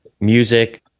music